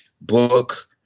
book